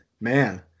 man